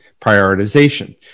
prioritization